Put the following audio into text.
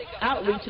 Outreach